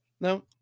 no